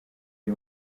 iri